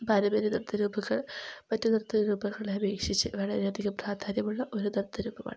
പാരമ്പര്യ നൃത്തരൂപങ്ങൾ മറ്റ് നൃത്ത രൂപങ്ങളെ അപേക്ഷിച്ച് വളരെയധികം പ്രാധാന്യമുള്ള ഒരു നൃത്തരൂപമാണ്